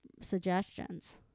suggestions